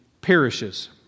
perishes